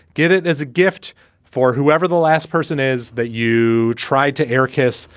get it as a gift for whoever the last person is that you tried to air kiss.